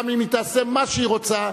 גם אם היא תעשה מה שהיא רוצה,